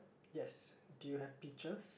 yes do you have pictures